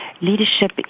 leadership